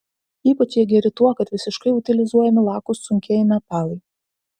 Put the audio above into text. ypač jie geri tuo kad visiškai utilizuojami lakūs sunkieji metalai